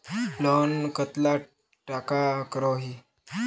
Loan कतला टाका करोही?